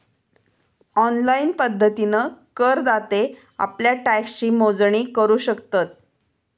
online पद्धतीन करदाते आप्ल्या टॅक्सची मोजणी करू शकतत